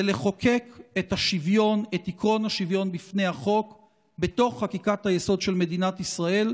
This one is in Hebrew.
זה לחוקק את עקרון השוויון בפני החוק בתוך חקיקת היסוד של מדינת ישראל,